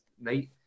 night